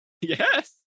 Yes